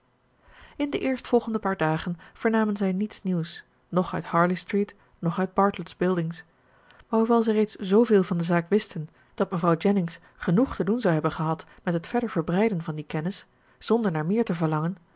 in de eerstvolgende paar dagen vernamen zij niets nieuws noch uit harley street noch uit bartlett's buildings maar hoewel zij reeds zooveel van de zaak wisten dat mevrouw jennings genoeg te doen zou hebben gehad met het verder verbreiden van die kennis zonder naar meer te verlangen